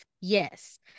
yes